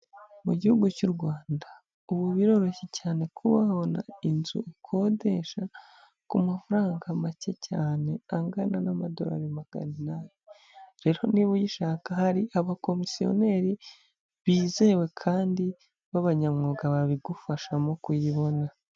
Mu gihugu cy'u Rwanda ubu biroroshye cyane kuba wabona inzu ukodesha ku mafaranga make cyane angana n'amadolari magana inane, rero niba uyishaka hari abakomisiyoneri bizewe kandi b'abanyamwuga babigufasha mu kuyibona.